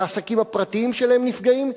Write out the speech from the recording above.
והעסקים הפרטיים שלהם נפגעים.